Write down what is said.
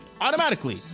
automatically